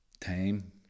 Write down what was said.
time